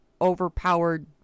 overpowered